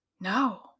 No